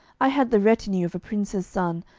i had the retinue of a prince's son,